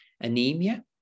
anemia